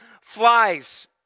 flies